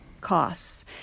costs